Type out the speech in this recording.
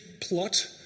plot